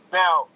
now